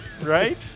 Right